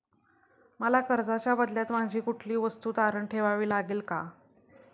मला कर्जाच्या बदल्यात माझी कुठली वस्तू तारण ठेवावी लागेल का?